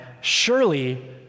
surely